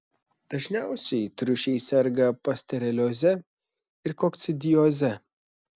dažniausiai triušiai serga pasterelioze ir kokcidioze